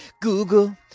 Google